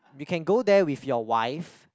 you can go there with your wife